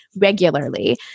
regularly